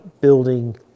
building